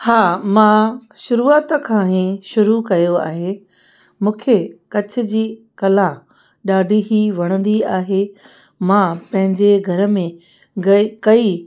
हा मां शुरूआति खां ई शुरू कयो आहे मूंखे कच्छ जी कला ॾाढी ई वणंदी आहे मां पंहिंजे घर में गई कईं